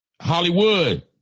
Hollywood